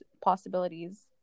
possibilities